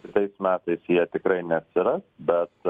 kitais metais jie tikrai neatsiras bet